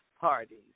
parties